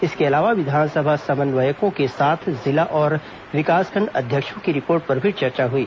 इसके अलावा विधानसभा समन्वयकों के साथ जिला और विकासखंड अध्यक्षों की रिपोर्ट पर भी चर्चा हुई